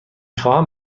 خواهم